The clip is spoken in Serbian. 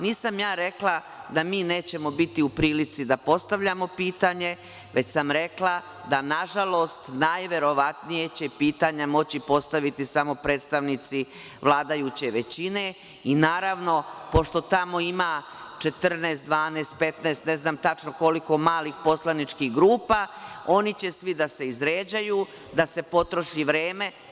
Nisam ja rekla da mi nećemo biti u prilici da postavljamo pitanje, već sam rekla da, nažalost, najverovatnije će pitanja moći postaviti samo predstavnici vladajuće većine i, naravno, pošto tamo ima 14, 12, 15, ne znam tačno koliko malih poslaničkih grupa, oni će svi da se izređaju, da se potroši vreme.